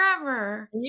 forever